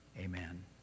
Amen